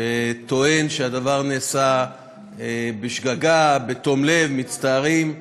שטוען שהדבר נעשה בשגגה, בתום לב, מצטערים.